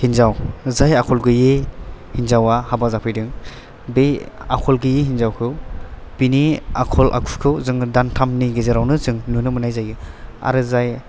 हिन्जाव जाय आखल गैयै हिन्जावा हाबा जाफैदों बे आखल गैयै हिन्जावखौ बेनि आखल आखुखौ जोङो दानथामनि गेजेरावनो जों नुनो मोन्नाय जायो आरो जाय